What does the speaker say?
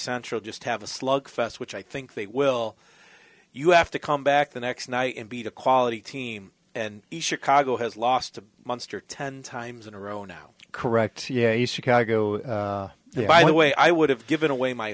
central just have a slugfest which i think they will you have to come back the next night and beat a quality team and chicago has lost a monster ten times in a row now correct yeah you chicago by the way i would have given away my